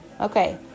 okay